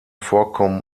vorkommen